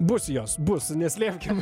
bus jos bus neslėpkim